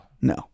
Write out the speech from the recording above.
No